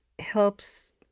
helps